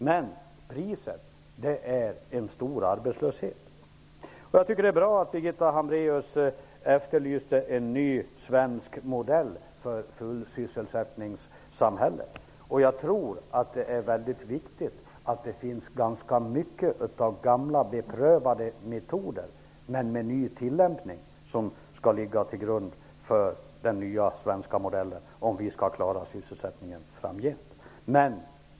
Men priset är en stor arbetslöshet. Det är bra att Birgitta Hambraeus efterlyste en ny svensk modell för ett samhälle med full sysselsättning. Jag tror att det är väldigt viktigt att ha ganska mycket av gamla beprövade metoder men med ny tillämpning som skall ligga till grund för den nya svenska modellen, om vi skall klara sysselsättningen framgent.